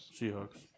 Seahawks